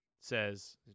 says